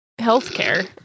healthcare